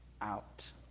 out